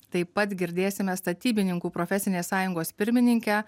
taip pat girdėsime statybininkų profesinės sąjungos pirmininkę